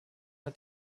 hat